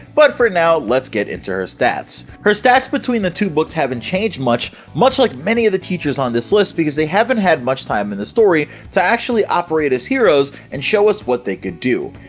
but for now let's get into her stats! her stats between the two books haven't changed much, much like many of the teachers on this list because they haven't had much time in the story to actually operate as heroes and show us what they could do!